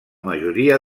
majoria